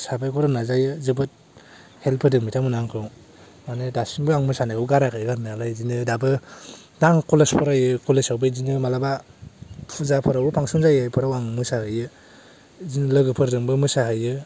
साबायखर होनो नाजायो जोबोद हेल्प होदों बिथांमोनहा आंखौ माने दासिमबो आं मोसानायखौ गाराखै गारनायालाय बिदिनो दाबो दा आं कलेज फरायो कलेजआवबो बेदिनो मालाबा फुजाफोरावबो फांसन जायो बेफोराव आं मोसाहैयो बिदिनो लोगोफोरजोंबो मोसाहैयो